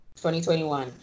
2021